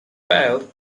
failed